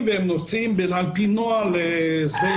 שמבצעים והם נוסעים על פי נוהל ישירות